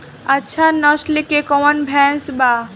अच्छा नस्ल के कौन भैंस बा?